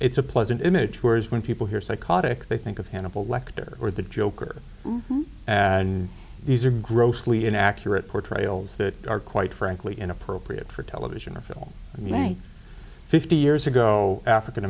it's a pleasant image whereas when people hear psychotic they think of hannibal lector or the joker and these are grossly inaccurate portrayals that are quite frankly inappropriate for television or film i mean fifty years ago african